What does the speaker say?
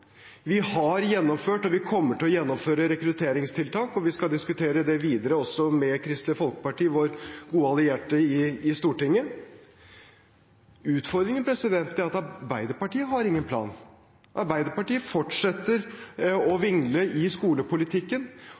Vi har gjennomført – og vi kommer til å gjennomføre – rekrutteringstiltak, og vi skal diskutere det videre også med Kristelig Folkeparti, vår gode allierte i Stortinget. Utfordringen er at Arbeiderpartiet ikke har noen plan. Arbeiderpartiet fortsetter å vingle i skolepolitikken